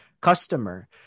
customer